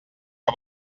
que